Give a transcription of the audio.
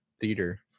theater